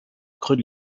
creux